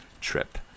trip